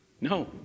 No